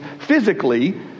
physically